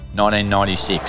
1996